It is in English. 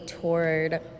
toured